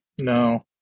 no